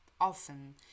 often